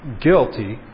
guilty